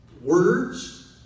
Words